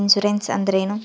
Insurance ಅಂದ್ರೇನು?